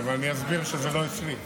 חבר הכנסת אריאל קלנר, בבקשה.